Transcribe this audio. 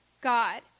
God